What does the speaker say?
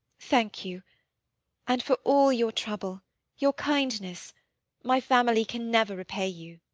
thank you. and for all your trouble your kindness my family can never repay you.